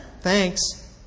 Thanks